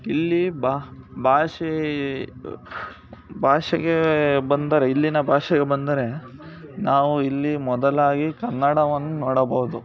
ಇಲ್ಲಿ ಬಾ ಭಾಷೆ ಬ್ ಭಾಷೆಗೆ ಬಂದರೆ ಇಲ್ಲಿನ ಭಾಷೆಗೆ ಬಂದರೆ ನಾವು ಇಲ್ಲಿ ಮೊದಲಾಗಿ ಕನ್ನಡವನ್ನು ನೋಡಬಹುದು